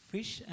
Fish